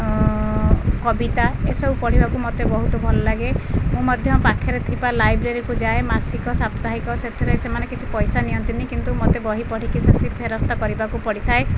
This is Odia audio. କବିତା ଏସବୁ ପଢ଼ିବାକୁ ମୋତେ ବହୁତ ଭଲ ଲାଗେ ମୁଁ ମଧ୍ୟ ପାଖରେ ଥିବା ଲାଇବ୍ରେରୀ କୁ ଯାଏ ମାସିକ ସାପ୍ତାହିକ ସେଥିରେ ସେମାନେ କିଛି ପଇସା ନିଅନ୍ତିନି କିନ୍ତୁ ମୋତେ ବହି ପଢ଼ିକି ଶେଷେ ଫେରସ୍ତ କରିବାକୁ ପଡ଼ିଥାଏ